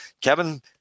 Kevin